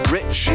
Rich